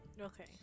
Okay